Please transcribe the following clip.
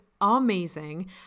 amazing